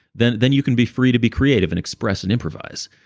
then then you can be free to be creative, and express, and improvise.